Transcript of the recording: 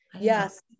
Yes